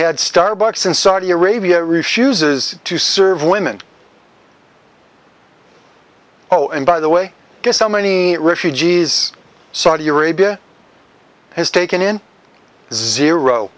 had starbucks in saudi arabia refuses to serve women oh and by the way guess how many refugees saudi arabia has taken in zero